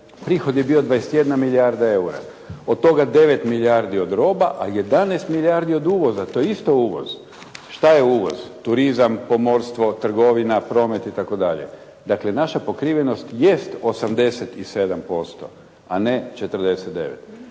prihod je bio 21 milijarda eura. Od toga 9 milijardi od roba, a 11 milijardi od uvoza. To je isto uvoz. Što je uvoz? Turizam, pomorstvo, trgovina, promet itd. Dakle, naša pokrivenost jest 87%, a ne 49.